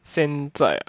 现在 ah